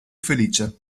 felice